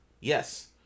Yes